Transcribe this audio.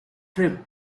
trip